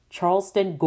Charleston